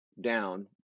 down